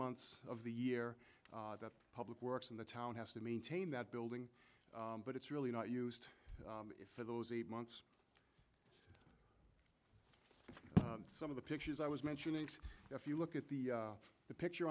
months of the year that public works and the town has to maintain that building but it's really not used for those eight months some of the pictures i was mentioning if you look at the the picture